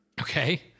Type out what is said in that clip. Okay